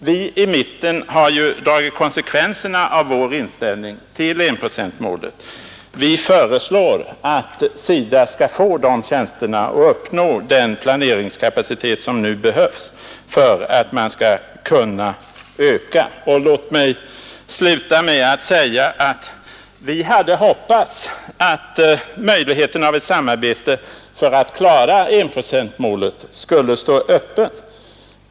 Vi i mitten har ju dragit konsekvenserna av vår inställning till enprocentsmålet; vi föreslår att SIDA skall få dessa tjänster och uppnå den planeringskapacitet som nu behövs för att man skall kunna öka insatserna. Låt mig sluta med att säga att vi hade hoppats att möjligheten av ett samarbete för att klara enprocentsmålet skulle stå öppen.